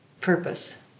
purpose